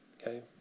Okay